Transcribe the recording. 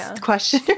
question